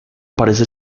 parece